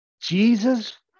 Jesus